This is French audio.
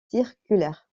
circulaires